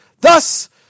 thus